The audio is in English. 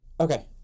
okay